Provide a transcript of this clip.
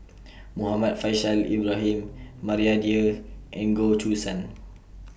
Muhammad Faishal Ibrahim Maria Dyer and Goh Choo San